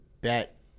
bet